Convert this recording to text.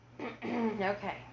okay